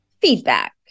feedback